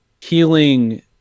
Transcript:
healing